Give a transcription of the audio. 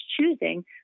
choosing